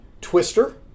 Twister